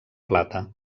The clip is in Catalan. plata